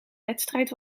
wedstrijd